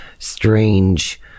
strange